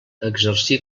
exercí